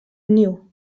niu